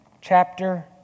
chapter